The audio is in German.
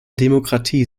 demokratie